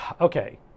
okay